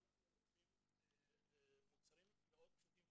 אם אנחנו לוקחים מוצרים מאוד פשוטים,